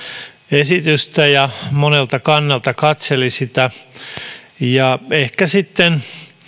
esitystä ja monelta kannalta katseli sitä ehkä sitten